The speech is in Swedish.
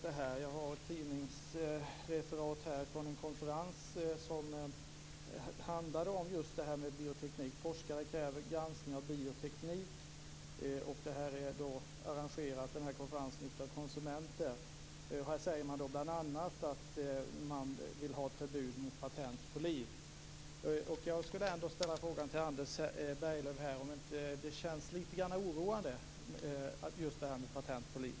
Jag har ett tidningsreferat från en konferens om bioteknik. Konferensen är arrangerad av konsumenter. Man säger bl.a. att man vill ha ett förbud mot patent på liv. Jag skulle vilja ställa frågan till Anders Berglöv om det inte känns lite oroande med patent på liv.